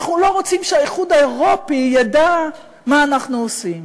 אנחנו לא רוצים שהאיחוד האירופי ידע מה אנחנו עושים.